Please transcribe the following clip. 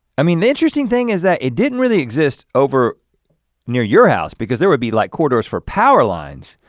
i mean the interesting thing is that it didn't really exist over near your house because there would be like corridors for power lines,